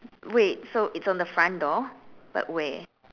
wait so it's on the front door but where